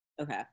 Okay